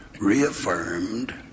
reaffirmed